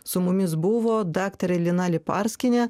su mumis buvo daktarė lina leparskienė